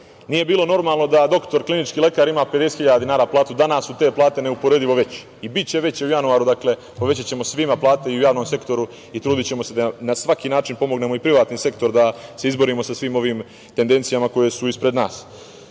nije bilo normalno da doktor klinički lekar ima 50.000 platu. Danas su te plate neuporedivo veće i biće veće u januaru. Povećaćemo svima plate i u javnom sektoru i trudićemo se da na svaki način pomognemo i privatni sektor, da se izborimo sa svim ovim tendencijama koje su ispred nas. Kada